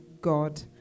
God